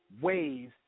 ways